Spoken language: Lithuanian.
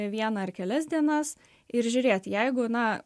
vieną ar kelias dienas ir žiūrėt jeigu na